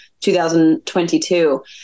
2022